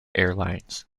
airlines